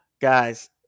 guys